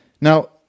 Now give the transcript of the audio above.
Now